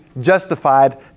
justified